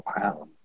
Wow